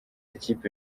kipe